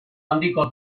handiko